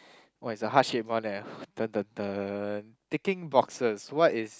oh it's a heart shape one leh taking boxes what is